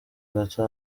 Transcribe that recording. gato